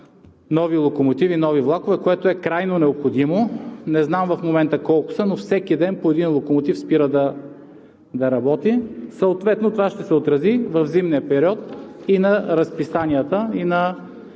нови локомотиви, нови влакове, което е крайно необходимо. Не знам колко са в момента, но всеки ден по един локомотив спира да работи. Това ще се отрази в зимния период и на разписанията, на